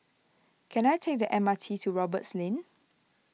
can I take the M R T to Roberts Lane